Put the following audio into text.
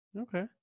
Okay